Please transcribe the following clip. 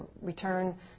return